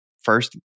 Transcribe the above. First